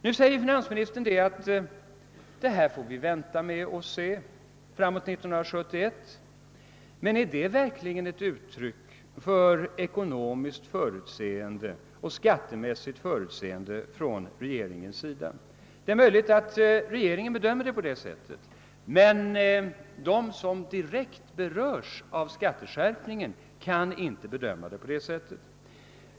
Vi får vänta och se till fram emot 1971, sade finansministern. Är det verkligen ett uttryck för ekonomiskt och skattemässigt förutseende hos regeringen? Det är möjligt att regeringen bedömer det så, men de som direkt beröres av skatteskärpningen gör det inte.